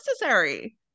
necessary